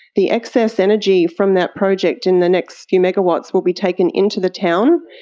the excess energy from that project in the next few megawatts will be taken into the town.